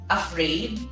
afraid